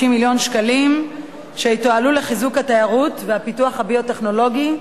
מיליון שקלים שיתועלו לחיזוק התיירות והפיתוח הביו-טכנולוגי בבירה.